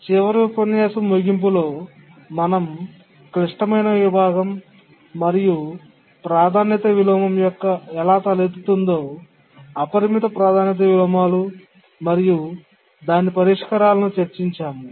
చివరి ఉపన్యాసం ముగింపులో మనం క్లిష్టమైన విభాగం మరియు ప్రాధాన్యత విలోమం ఎలా తలెత్తుతుందో అపరిమిత ప్రాధాన్యత విలోమాలు మరియు దాని పరిష్కారాలను చర్చించాము